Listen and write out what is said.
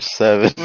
seven